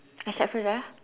I start first ah